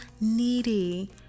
needy